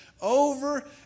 over